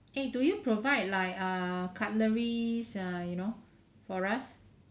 eh do you provide like err cutleries uh you know for us